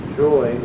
joy